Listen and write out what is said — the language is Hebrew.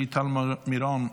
חברת הכנסת שלי טל מירון,